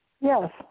Yes